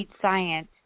science